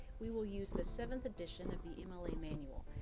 we will use the seventh edition of the mla manual.